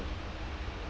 not bad not bad